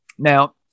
Now